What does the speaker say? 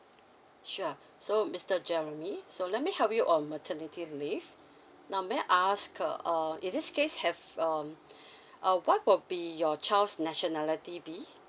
sure so mister jeremy so let me help you on maternity leave now may I ask uh is this case have um uh what will be your child's nationality be